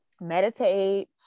meditate